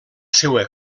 seua